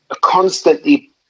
constantly